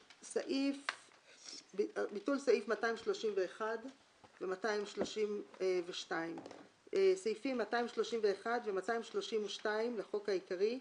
ביטול סעיפים 231 ו-232 6. סעיפים 231 ו-232 לחוק העיקרי,